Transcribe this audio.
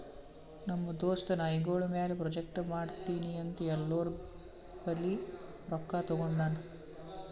ನಮ್ ದೋಸ್ತ ನಾಯ್ಗೊಳ್ ಮ್ಯಾಲ ಪ್ರಾಜೆಕ್ಟ್ ಮಾಡ್ತೀನಿ ಅಂತ್ ಎಲ್ಲೋರ್ ಬಲ್ಲಿ ರೊಕ್ಕಾ ತಗೊಂಡಾನ್